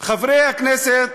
חברי כנסת,